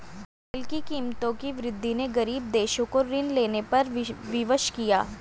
तेल की कीमतों की वृद्धि ने गरीब देशों को ऋण लेने पर विवश किया